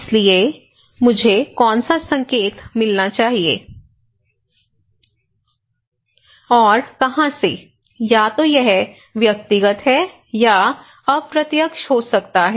इसलिए मुझे कौन सा संकेत मिलना चाहिए और कहां से या तो यह व्यक्तिगत है या अप्रत्यक्ष हो सकता है